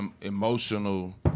emotional